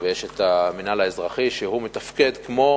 ויש המינהל האזרחי, שמתפקד כמו